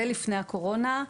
זה לפני הקורונה.